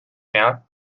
pealt